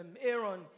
Aaron